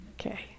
Okay